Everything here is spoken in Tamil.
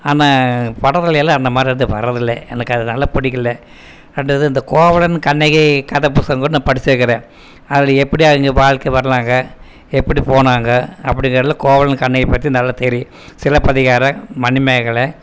ஆனால் படத்திலயெலாம் அந்த மாதிரி இது வரதில்லை எனக்கு அதனால் பிடிக்கல அடுத்தது இந்த கோவலன் கண்ணகி கதை புஸ்தகம் கூட நான் படிச்சிக்கிறேன் அதில் எப்படி வாழ்கை பண்ணிணாங்க எப்படி போனாங்க அப்படிகிறது கோவலன் கண்ணகி பற்றி நல்லா தெரியும் சிலப்பதிகாரம் மணிமேகலை